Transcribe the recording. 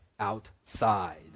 Outside